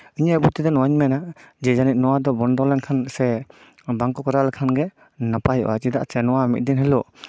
ᱤᱧᱟᱹᱜ ᱵᱩᱡᱽ ᱛᱮᱫᱚ ᱱᱚᱣᱟᱧ ᱢᱮᱱᱟ ᱡᱮ ᱱᱚᱣᱟ ᱫᱚ ᱵᱚᱱᱫᱚ ᱞᱮᱱᱠᱷᱟᱱ ᱥᱮ ᱵᱟᱝᱠᱚ ᱠᱚᱨᱟᱣ ᱞᱮᱠᱷᱟᱱ ᱜᱮ ᱱᱟᱯᱟᱭᱚᱜᱼᱟ ᱪᱮᱫᱟᱜ ᱥᱮ ᱱᱚᱣᱟ ᱢᱤᱫ ᱫᱤᱱ ᱦᱤᱞᱳᱜ